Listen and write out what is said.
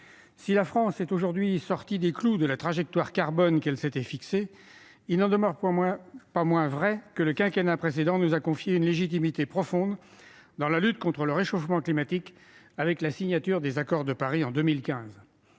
Si la France est « sortie des clous » de la trajectoire carbone qu'elle s'était fixée, il n'en demeure pas moins vrai que le quinquennat précédent nous a conféré une légitimité profonde dans la lutte contre le réchauffement climatique, par la signature de l'accord de Paris en 2015.